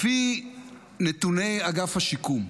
לפי נתוני אגף השיקום,